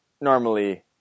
normally